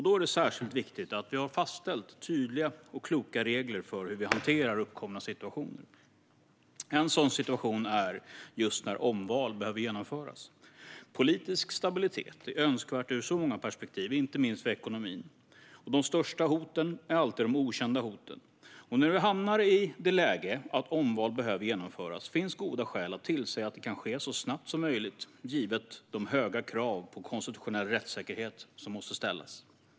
Då är det särskilt viktigt att vi har fastställt tydliga och kloka regler för hur vi hanterar uppkomna situationer. En sådan situation är just när omval behöver genomföras. Politisk stabilitet är önskvärt ur så många perspektiv, inte minst för ekonomin. De största hoten är alltid de okända hoten. När vi hamnar i det läget att omval behöver genomföras, finns goda skäl att tillse att det kan ske så snabbt som möjligt givet de höga krav på konstitutionell rättssäkerhet som måste ställas.